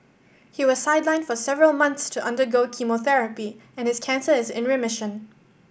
he was sidelined for several months to undergo chemotherapy and his cancer is in remission